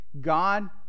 God